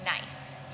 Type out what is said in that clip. nice